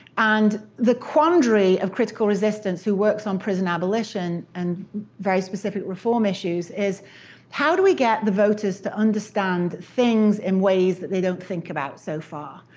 and the quandary of critical resistance, who works on prison abolition and very specific reform issues, is how do we get the voters to understand things in ways that they don't think about so far.